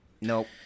Nope